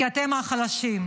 כי אתם החלשים.